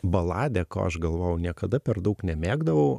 baladė ko aš galvojau niekada per daug nemėgdavau